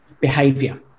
behavior